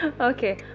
Okay